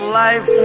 life